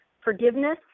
Forgiveness